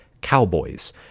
Cowboys